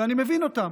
ואני מבין אותה.